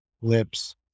Lips